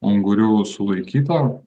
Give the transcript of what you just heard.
ungurių sulaikyta